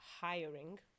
hiring